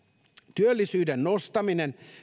työllisyyden nostaminen